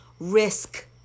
risk